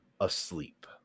asleep